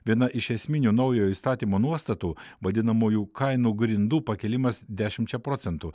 viena iš esminių naujojo įstatymo nuostatų vadinamųjų kainų grindų pakėlimas dešimčia procentų